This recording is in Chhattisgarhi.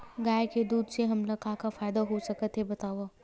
गाय के दूध से हमला का का फ़ायदा हो सकत हे बतावव?